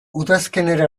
udazkenera